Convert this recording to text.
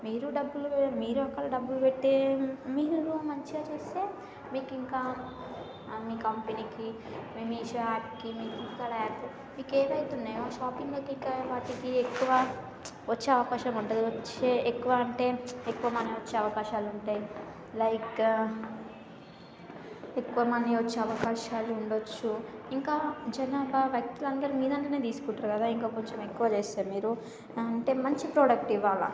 మీరు డబ్బులు మీరు అక్కడ డబ్బులు పెట్టి మీరు మంచిగా చేస్తే మీకు ఇంకా అన్నీ మీ కంపెనీకి మీచాట్కి మీ ఫిసికల్ యాప్కి మీకు ఏదైతే ఉన్నాయో ఆ షాపింగ్లకి ఇంకా వాటికి ఎక్కువ వచ్చే అవకాశం ఉంటుంది కదా వచ్చే ఎక్కువ అంటే ఎక్కువ మనీ వచ్చే అవకాశాలు ఉంటాయి లైక్ ఎక్కువ మనీ వచ్చే అవకాశాలు ఉండచ్చు ఇంకా జనాభా వ్యక్తులందరు మీ దాంట్లో తీసుకుంటారు కదా ఇంకా కొంచెం ఎక్కువ చేస్తే మీరు అంటే మంచి ప్రోడక్ట్ ఇవ్వాలా